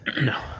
no